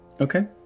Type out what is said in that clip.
Okay